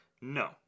No